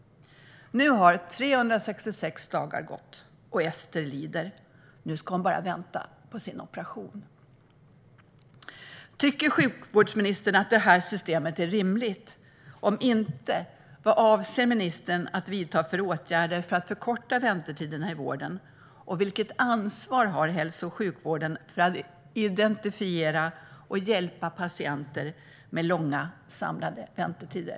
Nu har 366 dagar gått, och Ester lider. Nu ska hon bara vänta på sin operation. Tycker sjukvårdsministern att detta system är rimligt? Om inte, vad avser ministern att vidta för åtgärder för att förkorta väntetiderna i vården? Vilket ansvar har hälso och sjukvården för att identifiera och hjälpa patienter med långa samlade väntetider?